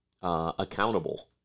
Accountable